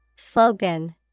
Slogan